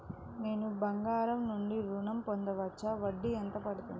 నేను బంగారం నుండి ఋణం పొందవచ్చా? వడ్డీ ఎంత పడుతుంది?